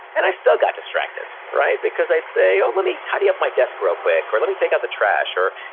and i still got distracted. because i'd say, oh, let me tidy up my desk real quick. or, let me take out the trash. or,